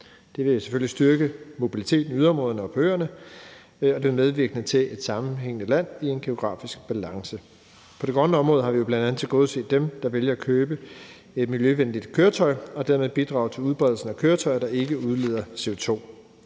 Det vil selvfølgelig styrke mobiliteten i yderområderne og på øerne, og det vil være medvirkende til et sammenhængende land i en geografisk balance. På det grønne område har vi bl.a. tilgodeset dem, der vælger at købe et miljøvenligt køretøj og dermed bidrage til udbredelsen af køretøjer, der ikke udleder CO2.